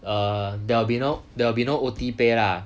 err there will be no there will be no O_T pay lah